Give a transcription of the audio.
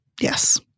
Yes